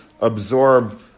absorb